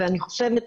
ואני חושבת,